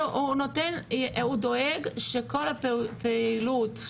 הוא דואג שכל הפעילות,